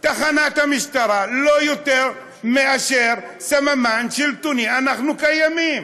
תחנת המשטרה היא לא יותר מאשר סממן שלטוני: אנחנו קיימים.